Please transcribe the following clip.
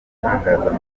itangazamakuru